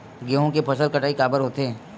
गेहूं के फसल कटाई काबर होथे?